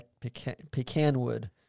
Pecanwood